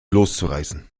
loszureißen